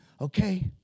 okay